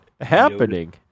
happening